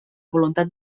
voluntat